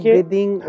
Breathing